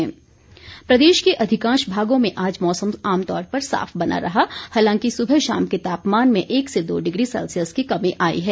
मौसम प्रदेश के अधिकांश भागों में आज मौसम आमतौर पर साफ बना रहा हालांकि सुबह शाम के तापमान में एक से दो डिग्री सैल्सियस की कमी आई है